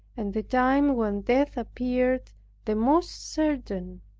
and the time when death appeared the most certain,